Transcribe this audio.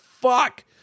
fuck